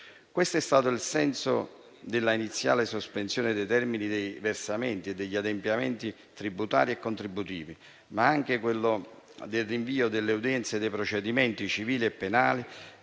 Questo è stato il senso della iniziale sospensione dei termini dei versamenti e degli adempimenti tributari e contributivi, ma anche del rinvio delle udienze dei procedimenti civili e penali